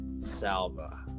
Salva